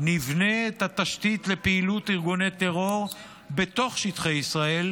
נבנית התשתית לפעילות ארגוני טרור בתוך שטחי ישראל,